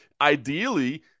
ideally